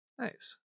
Nice